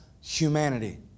humanity